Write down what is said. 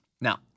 Now